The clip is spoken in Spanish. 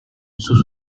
sus